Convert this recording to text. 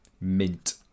Mint